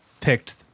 picked